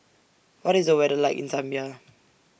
What IS The weather like in Zambia